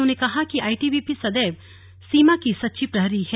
उन्होंने कहा कि आईटीबीपी सदैव सीमा की सच्ची प्रहरी रही हैं